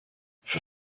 for